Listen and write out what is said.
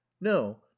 no